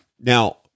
Now